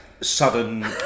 sudden